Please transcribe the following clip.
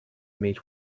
meet